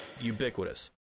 ubiquitous